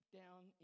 down